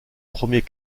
premiers